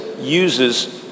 uses